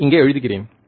அதை இங்கே எழுதுகிறேன்